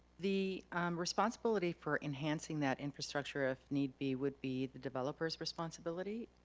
the responsibility for enhancing that infrastructure if need be would be the developer's responsibility?